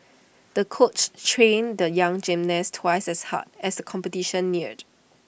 the coach trained the young gymnast twice as hard as competition neared